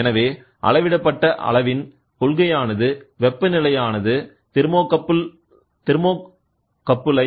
எனவே அளவிடப்பட்ட அளவின் கொள்கையானது வெப்பநிலையானது தெர்மோகப்புளை